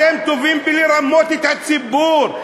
אתם טובים בלרמות את הציבור,